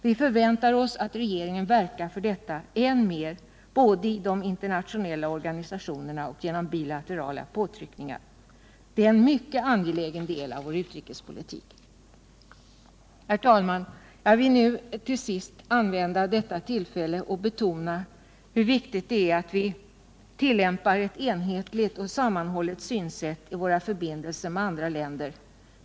Vi förväntar oss att regeringen verkar för detta än mer både i de internationella organisationerna och genom bilaterala påtryckningar. Det är en mycket angelägen del av vår utrikespolitik. Herr talman! Jag vill nu till sist använda detta tillfälle att betona hur viktigt det är att vi tillämpar ett enhetligt och sammanhållet synsätt i våra förbindelser med andra länder.